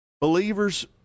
believers